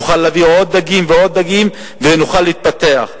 נוכל להביא עוד דגים ועוד דגים ונוכל להתפתח,